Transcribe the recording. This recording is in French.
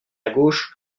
gauche